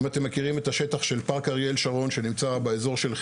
אם אתם מכירים את השטח של פארק אריאל שרון שנמצא באזור של חיריה,